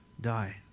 die